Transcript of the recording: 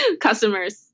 customers